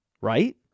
right